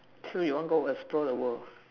so you want go restaurant the all